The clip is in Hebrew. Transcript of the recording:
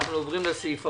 הישיבה